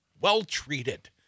well-treated